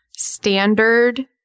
Standard